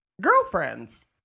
girlfriends